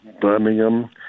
Birmingham